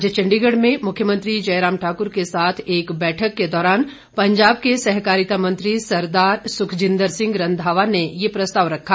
आज चंडीगढ़ में मुख्यमंत्री जयराम ठाकुर के साथ एक बैठक के दौरान पंजाब के सहकारिता मंत्री सरदार सुखजिन्द्र सिंह रंधावा ने ये प्रस्ताव रखा